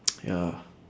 ya